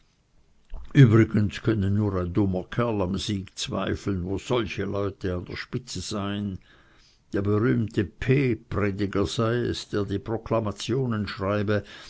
übrigens könne nur ein dummer kerl am sieg zweifeln wo solche leute an der spitze seien der berühmte p prediger sei es der die proklamationen schreibe